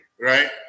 right